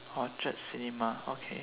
orchard cinema okay